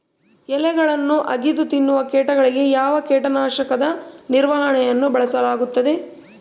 ಎಲೆಗಳನ್ನು ಅಗಿದು ತಿನ್ನುವ ಕೇಟಗಳಿಗೆ ಯಾವ ಕೇಟನಾಶಕದ ನಿರ್ವಹಣೆಯನ್ನು ಬಳಸಲಾಗುತ್ತದೆ?